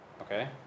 Okay